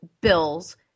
bills